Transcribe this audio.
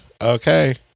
Okay